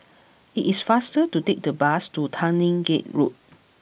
it is faster to take the bus to Tanglin Gate Road